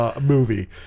Movie